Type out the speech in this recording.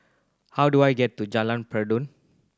how do I get to Jalan Peradun